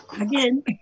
Again